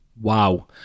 Wow